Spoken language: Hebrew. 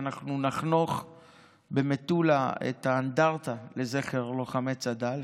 ואנחנו נחנוך במטולה את האנדרטה לזכר לוחמי צד"ל,